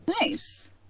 nice